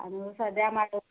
तांदूळ सद्द्यां म्हारग जा